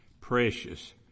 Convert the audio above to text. Precious